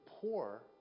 poor